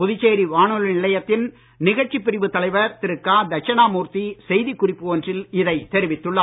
புதுச்சேரி வானொலி நிலையத்தின் நிகழ்ச்சிப் பிரிவு தலைவர் திரு க தட்சிணாமூர்த்தி செய்திக் குறிப்பு ஒன்றில் இதைத் தெரிவித்துள்ளார்